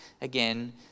again